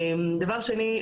דבר שני,